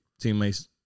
teammates